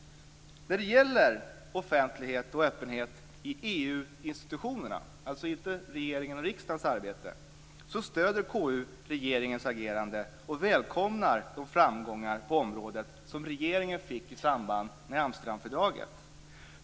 När det gäller offentlighet och öppenhet i EU institutionerna, alltså inte regeringens och riksdagens arbete, stöder KU regeringens agerande och välkomnar de framgångar på området som regeringen fick i samband med Amsterdamfördraget.